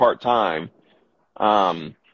part-time